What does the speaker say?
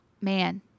Man